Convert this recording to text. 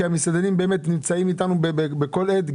כי המסעדנים נמצאים איתנו בכל עת,